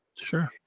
Sure